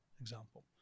example